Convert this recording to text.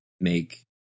make